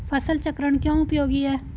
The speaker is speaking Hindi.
फसल चक्रण क्यों उपयोगी है?